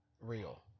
real